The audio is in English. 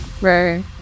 Right